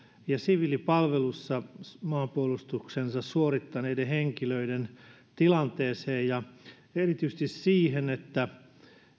ja siviilipalveluksessa maanpuolustuksensa suorittaneiden henkilöiden tilanteeseen ja erityisesti siihen että